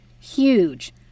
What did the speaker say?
huge